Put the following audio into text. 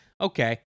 Okay